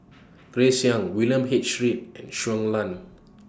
Grace Young William H Read and Shui Lan